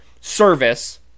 service